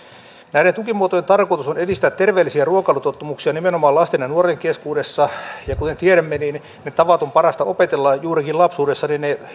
näiden tukimuotojen tarkoitus on edistää terveellisiä ruokailutottumuksia nimenomaan lasten ja nuorten keskuudessa ja kuten tiedämme ne tavat on parasta opetella juurikin lapsuudessa niin että ne